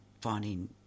finding